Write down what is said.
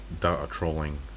data-trolling